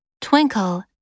Twinkle